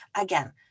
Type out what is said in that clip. again